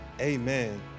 amen